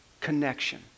connection